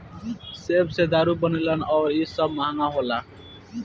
सेब से दारू बनेला आ इ सब महंगा होला